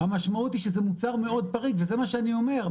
המשמעות היא שזה מוצר מאוד פריק וזה מה שאני אומר,